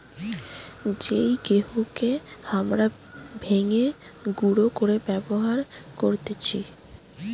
যেই গেহুকে হামরা ভেঙে গুঁড়ো করে ব্যবহার করতেছি